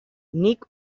nik